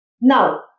Now